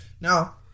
Now